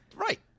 Right